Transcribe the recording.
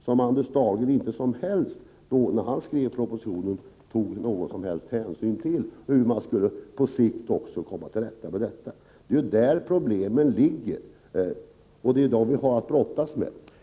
När Anders Dahlgren skrev sin proposition tog han inte någon som helst hänsyn till hur man på sikt skulle komma till rätta med detta. Det är där problemen ligger, och det är dessa problem vi har att brottas med.